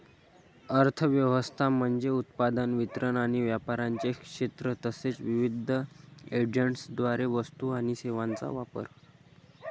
अर्थ व्यवस्था म्हणजे उत्पादन, वितरण आणि व्यापाराचे क्षेत्र तसेच विविध एजंट्सद्वारे वस्तू आणि सेवांचा वापर